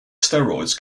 steroids